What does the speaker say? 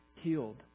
healed